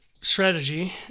strategy